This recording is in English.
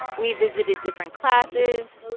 we visited different classes